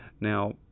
Now